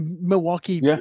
Milwaukee